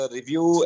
Review